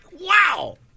Wow